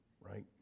right